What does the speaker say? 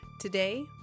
Today